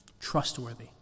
trustworthy